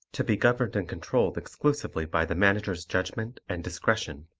to be governed and controlled exclusively by the manager's judgment and discretion.